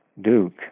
Duke